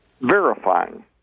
verifying